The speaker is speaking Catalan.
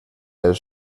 del